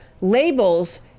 labels